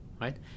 right